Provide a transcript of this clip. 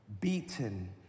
beaten